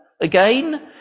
again